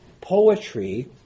poetry